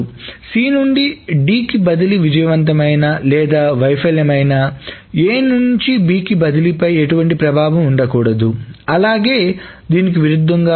C నుంచి D బదిలీ విజయవంతమైన లేదా వైఫల్యం అయినా A నుంచి B బదిలీపై ఎటువంటి ప్రభావం ఉండకూడదు అలాగే దీనికి విరుద్ధంగా